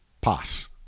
pass